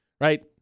Right